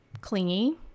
Clingy